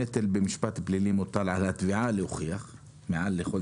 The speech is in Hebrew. הנטל במשפט פלילי מוטל על התביעה להוכיח מעל לכל